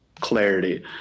clarity